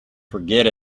forget